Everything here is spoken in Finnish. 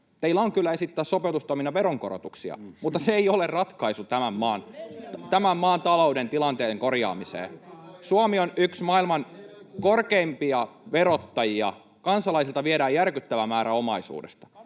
Teillä on kyllä esittää sopeutustoimina veronkorotuksia, mutta se ei ole ratkaisu tämän maan talouden tilanteen korjaamiseen. Suomi on yksi maailman korkeimpia verottajia. Kansalaisilta viedään järkyttävä määrä omaisuudesta.